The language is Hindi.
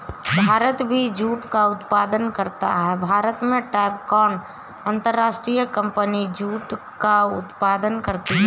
भारत भी जूट का उत्पादन करता है भारत में टैपकॉन अंतरराष्ट्रीय कंपनी जूट का उत्पादन करती है